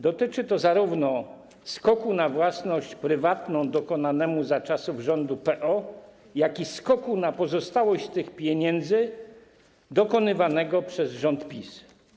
Dotyczy to zarówno skoku na własność prywatną dokonanego za czasów rządu PO, jak i skoku na pozostałość tych pieniędzy dokonywanego przez rząd PiS.